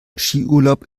skiurlaub